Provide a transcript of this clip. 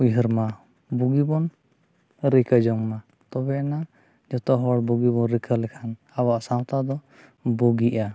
ᱩᱭᱦᱟᱹᱨᱢᱟ ᱵᱩᱜᱤᱵᱚᱱ ᱨᱤᱠᱟᱹ ᱡᱚᱝᱢᱟ ᱛᱚᱵᱮᱭᱱᱟ ᱡᱚᱛᱚᱦᱚᱲ ᱵᱩᱜᱤᱵᱚᱱ ᱨᱤᱠᱟᱹ ᱞᱮᱠᱷᱟᱱ ᱟᱵᱚᱣᱟᱜ ᱥᱟᱶᱛᱟ ᱫᱚ ᱵᱩᱜᱤᱜᱼᱟ